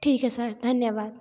ठीक है सर धन्यवाद